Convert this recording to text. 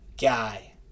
guy